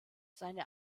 seine